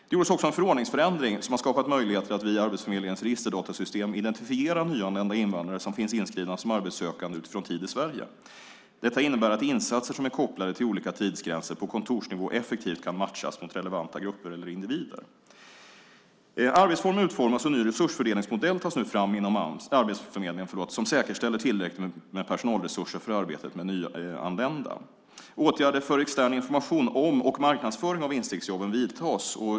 Det gjordes också en förordningsförändring som har skapat möjligheter att via Arbetsförmedlingens registerdatasystem identifiera nyanlända invandrare som finns inskrivna som arbetssökande utifrån tid i Sverige. Detta innebär att insatser som är kopplade till olika tidsgränser på kontorsnivå effektivt kan matchas mot relevanta grupper eller individer. Arbetsformer utformas och ny resursfördelningsmodell tas nu fram inom Arbetsförmedlingen som säkerställer tillräckligt med personalresurser för arbetet med nyanlända. Åtgärder för extern information om och marknadsföring av instegsjobben vidtas.